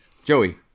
Joey